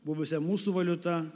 buvusia mūsų valiuta